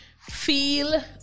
Feel